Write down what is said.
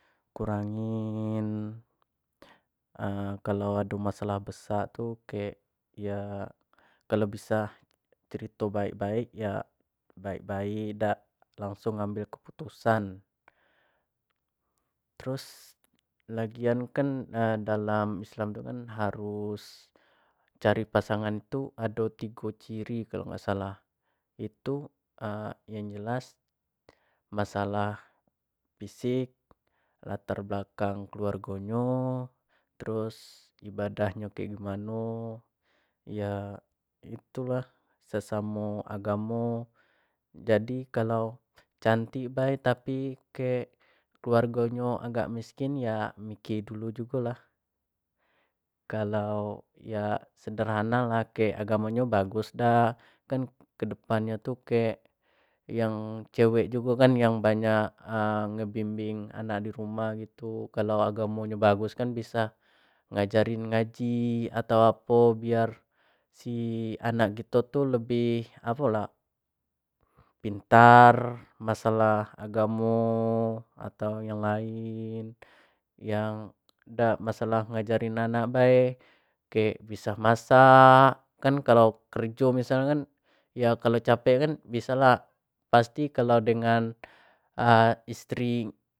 Kurangin kalau ada masalah besar tuh kek ya kalau bisa cerita baik-baik ya baik-baik langsung ambil keputusan terus lagian kan dalam islam itu kan harus cari pasangan itu ada tiga ciri kalau masalah itu yang jelas masalah fisik latar belakang keluarganya terus ibadahnya kayak gimana ya itulah sesama agama jadi kalau cantik baik tapi kayak keluarganya agak miskin ya mikir dulu juga lah kalau ya sederhana lah kayak agamanya bagus dah kan ke depannya tuh kayak yang cewek juga kan yang banyak ngebimbing anak di rumah gitu kalau agak maunya bagus kan bisa ngajarin ngaji atau apa biar si anak kita tuh lebih pintar masalah kamu atau yang lain yang ndak masalah ngajarin anak baik kayak bisa masak kan kalau kerjo misalnya kan ya kalau capek kan bisa lah pasti kalau dengan